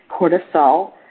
cortisol